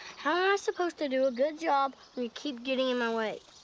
ah i supposed to do a good job when you keep getting in my way?